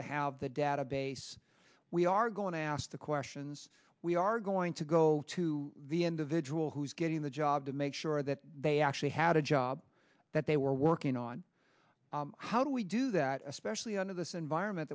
to have the database we are going to ask the questions we are going to go to the individual who's getting the job to make sure that they actually had a job that they were working on how do we do that especially under this environment